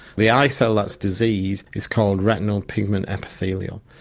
the eye cell that's diseased is called retinal pigment epithelium,